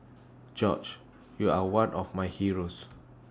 George you are one of my heroes